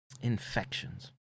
infections